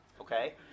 Okay